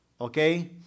okay